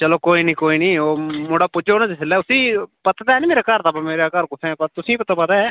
चलो कोई निं कोई निं ओह् मु मु मुड़ा पुज्जग ना जिसलै उस्सी पता ते है निं मेरे घर दा पर मेरा घर कुत्थै ऐ पर तुसें ई ते प पता ऐ